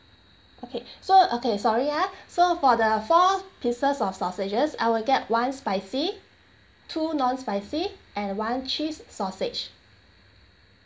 okay so okay sorry ya so for the four pieces of sausages I will get one spicy two non spicy and one cheese sausage